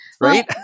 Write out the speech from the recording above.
Right